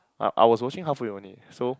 I I was watching halfway only so